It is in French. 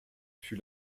fut